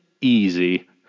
easy